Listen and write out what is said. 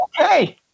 Okay